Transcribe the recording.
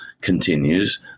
continues